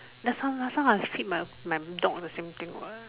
last time last time I treat my my dog all the same thing what